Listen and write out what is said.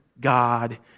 God